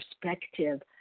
perspective